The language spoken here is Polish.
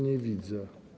Nie widzę.